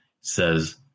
says